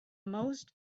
most